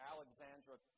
Alexandra